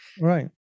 right